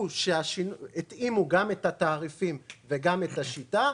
התאימו גם את התעריפים וגם את השיטה,